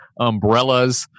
umbrellas